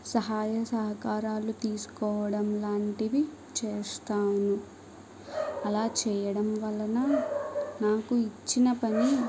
సహాయ సహకారాలు తీసుకోవడంలాంటివి చేస్తాము అలా చేయడం వలన నాకు ఇచ్చిన పని